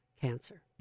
cancer